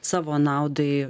savo naudai